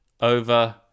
over